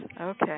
Okay